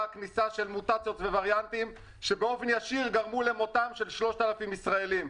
כניסה של מוטציות ווריאנטים שבאופן ישיר גרמו למותם של 3,000 ישראלים.